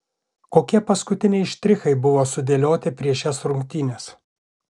kokie paskutiniai štrichai buvo sudėlioti prieš šias rungtynes